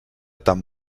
tan